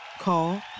Call